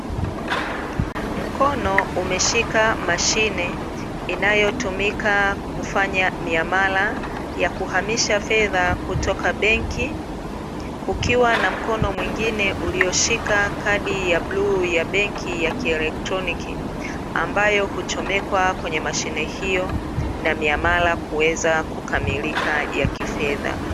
Mkono umeshika mashine inayotumika kufanya miamala, ya kuhamisha fedha kutoka benki, kukiwa na mkono mwingine ulioshika kadi ya bluu ya benki ya kielektroniki, ambayo huchomekwa kwenye mashine hiyo, na miamala kuweza kukamilika ya kifedha.